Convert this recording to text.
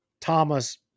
Thomas